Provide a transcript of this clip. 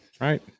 Right